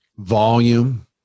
volume